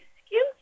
excuse